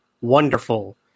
wonderful